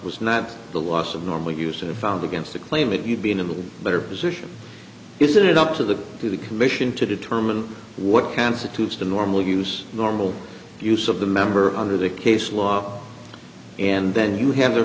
was not the loss of normally used to found against the claim that he had been in the better position isn't it up to the to the commission to determine what constitutes the normal use normal use of the member under the case law and then you have the